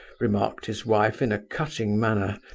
remarked his wife in a cutting manner,